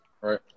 right